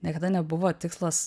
niekada nebuvo tikslas